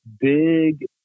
big